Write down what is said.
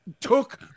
took